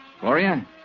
Gloria